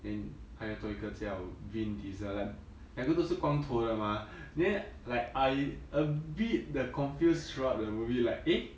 then 还有多一个叫 vin diesel then 两个都是光头的 mah then like I a bit the confuse throughout the movie like eh